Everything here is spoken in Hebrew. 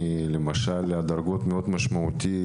הדרגות מאוד משמעותיות,